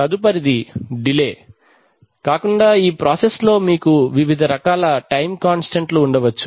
తదుపరిది డిలే కాకుండా ఈ ప్రాసెస్ లో మీకు వివిధ రకాల టైమ్ కాంస్టంట్ లు ఉండవచ్చు